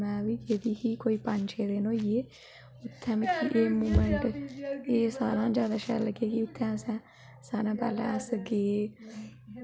मतलव जादातर इत्थे कोई दिवाली होऐ कोई बंदा कोई जम्मै कोई मरै इत्थै साढ़ा इत्थै उऐ बनदे कोई मतलव देसी रुट्टी गै बनदी